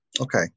Okay